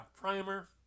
Primer